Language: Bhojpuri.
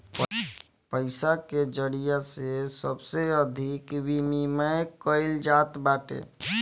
पईसा के जरिया से सबसे अधिका विमिमय कईल जात बाटे